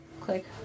Click